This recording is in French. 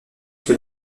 que